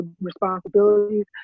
responsibilities